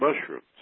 mushrooms